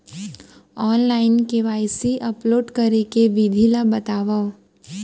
Online KYC upload करे के विधि ला बतावव?